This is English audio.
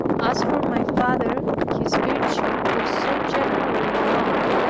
as for my father, his virtue was so generally known,